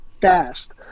fast